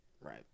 Right